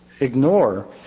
ignore